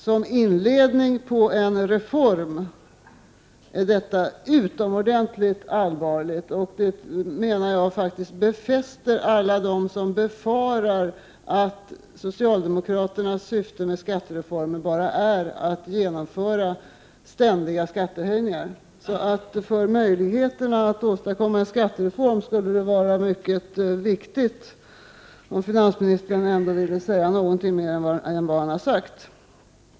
Som inledning på en reform är detta utomordentligt allvarligt, och det befäster vad många befarar, nämligen att socialdemokraternas syfte med skattereformen bara är att genomföra ständiga skattehöjningar. För möjligheterna att åstadkomma en skattereform är det mycket viktigt att finansministern säger något mer än vad han har sagt.